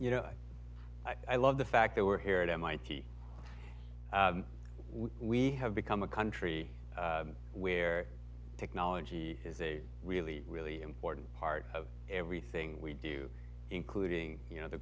you know i love the fact that we're here at mit we have become a country where technology is a really really important part of everything we do including you know the